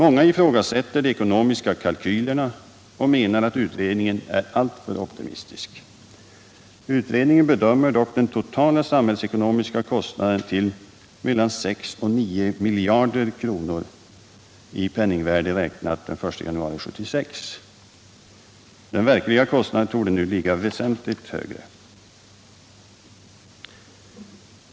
Många ifrågasätter de ekonomiska kalkylerna och menar att utredningen är alltför optimistisk. Utredningen bedömer den totala samhällsekonomiska kostnaden till 6-9 miljarder kr. räknat i penningvärdet den 1 januari 1976. Den verkliga kostnaden torde nu ligga väsentligt högre.